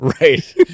right